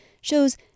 shows